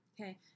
Okay